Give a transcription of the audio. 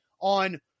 on